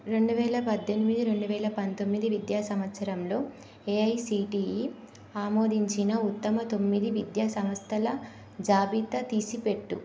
రెండు వేల పద్దెనిమిది రెండు వేల పంతొమ్మిది విద్య సంవత్సరంలో ఏఐసిటిఈ ఆమోదించిన ఉత్తమ తొమ్మిది విద్యా సంస్థల జాబితా తీసిపెట్టు